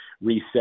reset